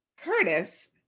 Curtis